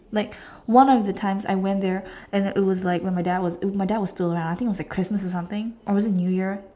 like one of the times I went there and it was like when my dad my dad was still around I think it was like Christmas or something or was it new year